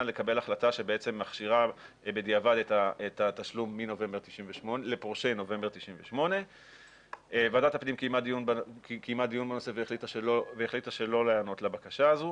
לקבל החלטה שבעצם מכשירה בדיעבד את התשלום לפורשי נובמבר 98'. ועדת הפנים קיימה דיון בנושא והחליטה שלא להיענות לבקשה הזו.